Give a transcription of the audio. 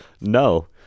no